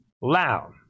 loud